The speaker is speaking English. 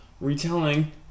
retelling